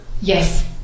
Yes